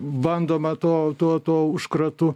bandoma tuo tuo tuo užkratu